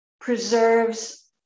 preserves